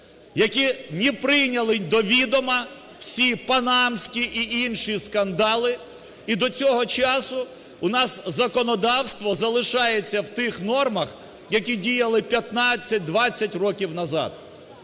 яка не прийняла до відома всі панамські і інші скандали. І до цього часу у нас законодавство залишається в тих нормах, які діяли 15-20 років назад.